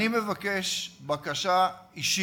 אני מבקש בקשה אישית,